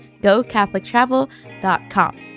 gocatholictravel.com